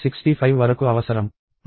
మనకు ఈ ప్రకటనలన్నీ అవసరం